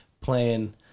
playing